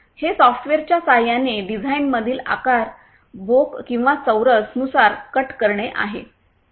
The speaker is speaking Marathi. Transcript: हे सॉफ्टवेअरच्या सहाय्याने डिझाइनमधील आकार भोक किंवा चौरस नुसार कट करणे आहे